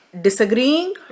disagreeing